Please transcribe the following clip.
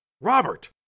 robert